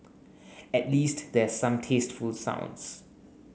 at least there's some tasteful sounds